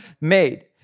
made